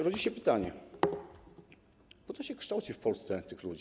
Rodzi się pytanie, po co się kształci w Polsce tych ludzi.